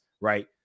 right